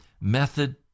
Method